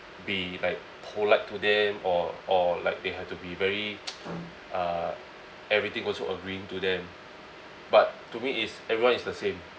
be like polite to them or or like they have to be very uh everything also agreeing to them but to me is everyone is the same